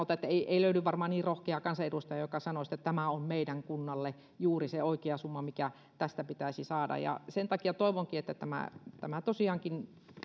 että ei ei löydy varmaan niin rohkeaa kansanedustajaa joka sanoisi että tämä on meidän kunnalle juuri se oikea summa mikä tästä pitäisi saada sen takia toivonkin että tähän tosiaankin